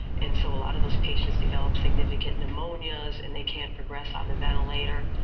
and so a lot of those patients develop significant pneumonias and they can't progress on the ventilator,